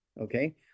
okay